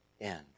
end